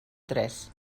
tres